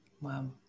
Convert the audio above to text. Wow